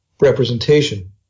representation